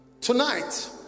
tonight